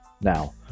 Now